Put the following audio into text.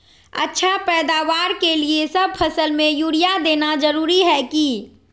अच्छा पैदावार के लिए सब फसल में यूरिया देना जरुरी है की?